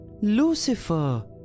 Lucifer